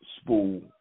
spool